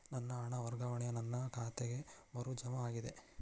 ನನ್ನ ಹಣ ವರ್ಗಾವಣೆಯು ನನ್ನ ಖಾತೆಗೆ ಮರು ಜಮಾ ಆಗಿದೆ